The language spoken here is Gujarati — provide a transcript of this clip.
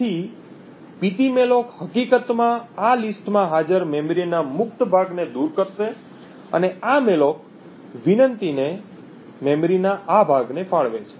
તેથી ptmalloc હકીકતમાં આ લિસ્ટમાં હાજર મેમરીના મુક્ત ભાગને દૂર કરશે અને આ મૅલોક વિનંતીને મેમરીના આ ભાગને ફાળવે છે